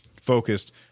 focused